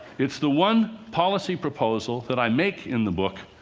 it's the one policy proposal that i make in the book,